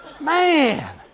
man